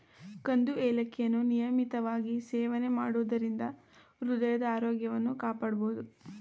ಕಂದು ಏಲಕ್ಕಿಯನ್ನು ನಿಯಮಿತವಾಗಿ ಸೇವನೆ ಮಾಡೋದರಿಂದ ಹೃದಯದ ಆರೋಗ್ಯವನ್ನು ಕಾಪಾಡ್ಬೋದು